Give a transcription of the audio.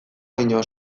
baino